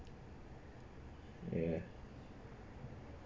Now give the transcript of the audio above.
ya